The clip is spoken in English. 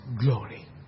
glory